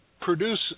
produce